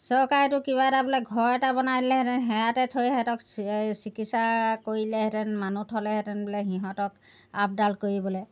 চৰকাৰেটো কিবা এটা বোলে ঘৰ এটা বনাই দিলেহেঁতেন সেয়াতে থৈ সিহঁতক চিকিৎসা কৰিলেহেঁতেন মানুহ থ'লেহেঁতেন বোলে সিহঁতক আপডাল কৰিবলৈ